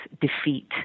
defeat